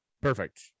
Perfect